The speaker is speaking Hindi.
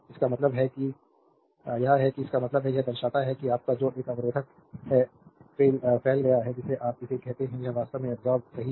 इसका मतलब है यह है कि इसका मतलब है यह दर्शाता है कि आपका जो एक अवरोधक में फैल गया है जिसे आप इसे कहते हैं वह वास्तव में अब्सोर्बेद सही है